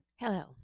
hello